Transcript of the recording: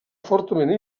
fortament